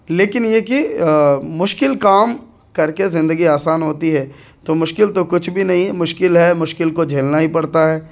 لیکن یہ کہ مشکل کام کر کے زندگی آسان ہوتی ہے تو مشکل تو کچھ بھی نہیں ہے مشکل ہے مشکل کو جھیلنا ہی پڑتا ہے